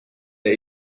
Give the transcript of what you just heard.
der